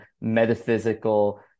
metaphysical